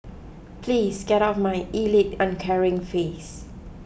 please get out of my elite uncaring face